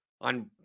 on